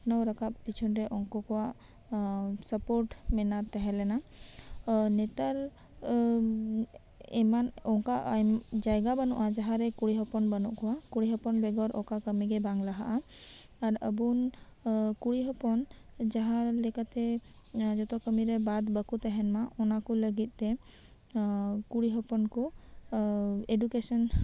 ᱩᱛᱱᱟᱹᱣ ᱨᱟᱠᱟᱵ ᱯᱤᱪᱷᱚᱱ ᱨᱮ ᱩᱱᱠᱩ ᱠᱚ ᱢᱮᱱᱟᱜ ᱛᱟᱸᱦᱮ ᱞᱮᱱᱟ ᱱᱮᱛᱟᱨ ᱮᱢᱟᱱ ᱟᱭᱢᱟ ᱡᱟᱭᱜᱟ ᱵᱟᱹᱱᱩᱜᱼᱟ ᱡᱟᱦᱟᱨᱮ ᱠᱩᱲᱤ ᱦᱚᱯᱚᱱ ᱵᱟᱹᱱᱩᱜ ᱠᱚᱣᱟ ᱠᱩᱲᱤ ᱦᱚᱯᱚᱱ ᱵᱮᱜᱚᱨ ᱚᱠᱟ ᱠᱟᱹᱢᱤ ᱜᱮ ᱵᱟᱝ ᱞᱟᱦᱟᱜᱼᱟ ᱟᱨ ᱟᱹᱵᱩᱱ ᱠᱩᱲᱤ ᱦᱚᱯᱚᱱ ᱡᱟᱦᱟ ᱞᱮᱠᱟᱛᱮ ᱡᱟᱦᱟ ᱞᱮᱠᱟᱛᱮ ᱡᱚᱛᱚ ᱠᱟᱹᱢᱤ ᱨᱮ ᱵᱟᱫ ᱵᱟᱠᱚ ᱛᱟᱸᱦᱮᱱ ᱢᱟ ᱚᱱᱟ ᱠᱩ ᱞᱟᱹᱜᱤᱛ ᱛᱮ ᱠᱩᱲᱤ ᱦᱚᱯᱚᱱ ᱠᱩ ᱮᱰᱩᱠᱮᱥᱮᱱ